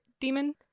demon